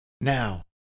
Now